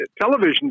television